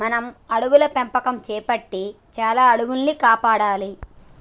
మనం అడవుల పెంపకం సేపట్టి చాలా అడవుల్ని కాపాడాలి